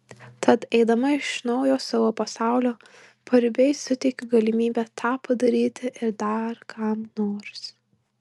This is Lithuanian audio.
tad eidama iš naujo savo pasaulio paribiais suteikiu galimybę tą padaryti ir dar kam nors